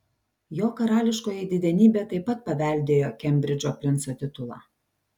jo karališkoji didenybė taip pat paveldėjo kembridžo princo titulą